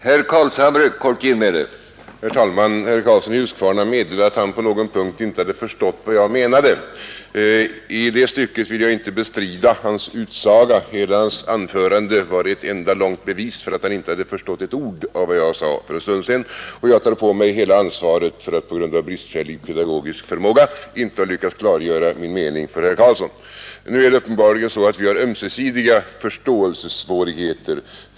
Herr talman! Herr Karlsson i Huskvarna meddelar att han på någon punkt inte hade förstått vad jag menade. I det stycket vill jag inte bestrida hans utsaga; hela hans anförande var ett långt bevis för att han inte hade förstått ett ord av vad jag sade för en stund sedan. Jag tar på mig hela ansvaret för att på grund av bristfällig pedagogisk förmåga inte ha lyckats klargöra min mening för herr Karlsson. Nu är det uppenbarligen så att vi ömsesidigt har förståelsesvårigheter.